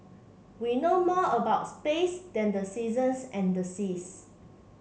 we know more about space than the seasons and the seas